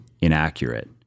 inaccurate